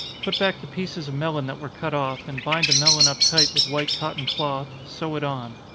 put back the pieces of melon that were cut off, and bind the melon up tight with white cotton cloth, sew it on.